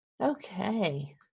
Okay